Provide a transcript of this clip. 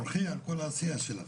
תבורכי על כל העשייה שלך.